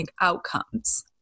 outcomes